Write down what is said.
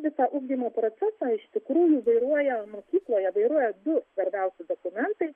visą ugdymo procesą iš tikrųjų vairuoja mokykloje vairuoja du svarbiausi dokumentai